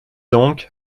donc